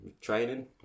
Training